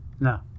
no